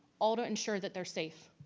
all to ensure that they're safe?